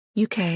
UK